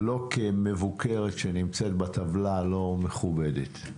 לא כמבוקרת שנמצאת בטבלה הלא מכובדת.